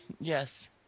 Yes